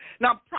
Now